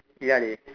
ya dey